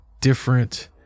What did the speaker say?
different